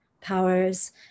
powers